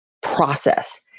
process